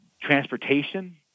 Transportation